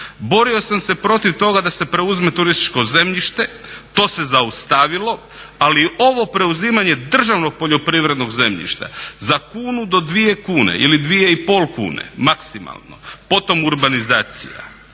Borio sam se protiv toga da se preuzme turističko zemljište, to se zaustavilo ali ovo preuzimanje državnog poljoprivrednog zemljišta za kunu do dvije kune ili dvije i pol kune maksimalno, potom urbanizacija